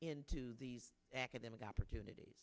into these academic opportunities